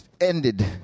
ended